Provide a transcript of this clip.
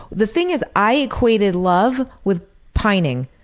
the thing is, i equated love with pining.